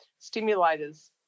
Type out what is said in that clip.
stimulators